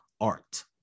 art